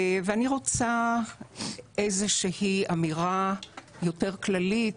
אני רוצה לומר איזושהי אמירה יותר כללית,